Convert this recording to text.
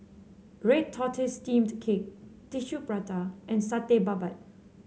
Red Tortoise Steamed Cake Tissue Prata and Satay Babat